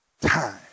time